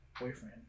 boyfriend